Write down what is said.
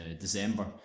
December